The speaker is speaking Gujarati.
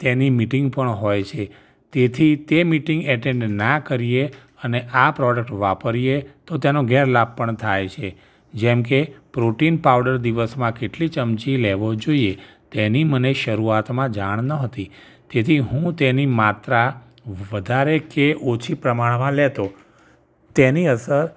તેની મીટિંગ પણ હોય છે તેથી તે મીટિંગ અટેન્ડના કરીએ અને આ પ્રોડક્ટ વાપરીએ તો તેનો ગેરલાભ પણ થાય છે જેમ કે પ્રોટીન પાઉડર દિવસમાં કેટલી ચમચી લેવો જોઈએ તેની મને શરૂઆતમાં જાણ ન હતી તેથી હું તેની માત્રા વધારે કે ઓછી પ્રમાણમાં લેતો તેની અસર